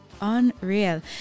Unreal